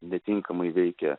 netinkamai veikia